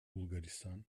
bulgaristan